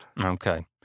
Okay